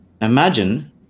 Imagine